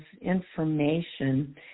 information